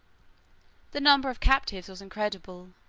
the number of captives was incredible,